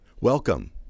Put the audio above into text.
Welcome